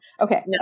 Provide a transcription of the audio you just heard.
Okay